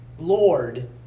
Lord